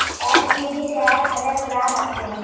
এক কেজিতে এক হাজার গ্রাম আছে